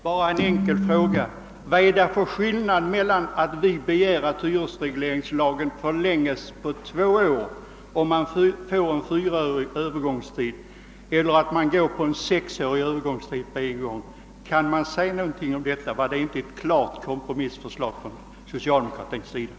Bara en enkel fråga, herr talman! Vad är det för skillnad mellan att vi begär att hyresregleringslagen förlänges på två år med en fyraårig övergångstid och att det fastställes en sexårig övergångstid? Kan man inte säga att detta var ett klart kompromissförslag från socialdemokraterna?